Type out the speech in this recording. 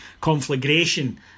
conflagration